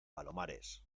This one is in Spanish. palomares